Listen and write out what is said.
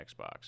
Xbox